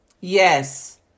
Yes